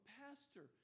pastor